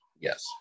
Yes